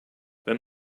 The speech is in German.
wenn